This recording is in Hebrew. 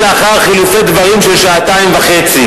יושבת-ראש האופוזיציה,